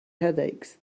headaches